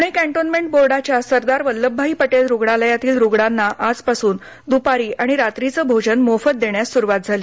Pune cantonment बोर्डाच्या सरदार वल्लभभाई पटेल रुग्णालयातील रुग्णांना आजपासून दुपारी आणि रात्रीचं भोजन मोफत देण्यास सुरवात झाली